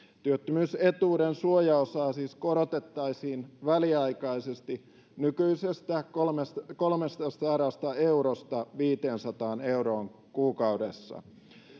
työttömyysetuuden suojaosaa siis korotettaisiin väliaikaisesti nykyisestä kolmestasadasta kolmestasadasta eurosta viiteensataan euroon kuukaudessa